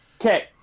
Okay